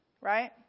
Right